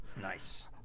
Nice